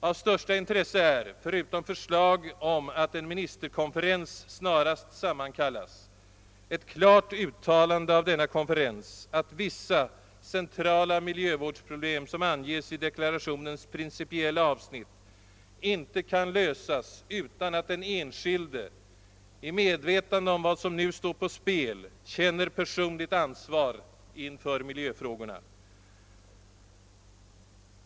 Av största intresse är, förutom förslag om att en ministerkonferens snarast sammankallas, ett klart uttalande av denna konferens att vissa centrala miljövårdsproblem, som anges i deklarationens principiella avsnitt, inte kan lösas utan att den enskilde i medvetande om vad som nu står på spel känner personligt ansvar inför miljöfrågorna.